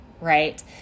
right